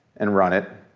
and run it.